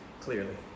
clearly